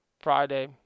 Friday